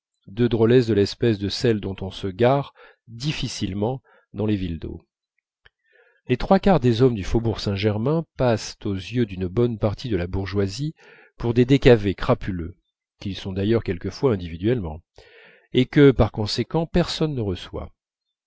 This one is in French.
deux drôlesses de l'espèce de celles dont on se gare difficilement dans les villes d'eaux les trois quarts des hommes du faubourg saint-germain passent aux yeux d'une bonne partie de la bourgeoisie pour des décavés crapuleux qu'ils sont d'ailleurs quelquefois individuellement et que par conséquent personne ne reçoit